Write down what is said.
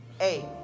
eight